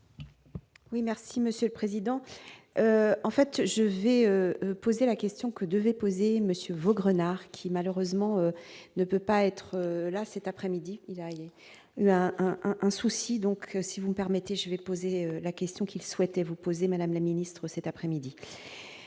Oui, merci Monsieur le Président, en fait, je vais poser la question, que devait poser monsieur Vaugrenard qui malheureusement ne peut pas être là cet après-midi, il a, il y eu a un souci, donc si vous me permettez, je vais poser la question, qu'il souhaitait, vous posez, Madame la Ministre, cet après-midi,